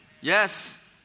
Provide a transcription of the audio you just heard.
Yes